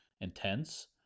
intense